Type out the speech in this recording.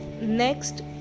Next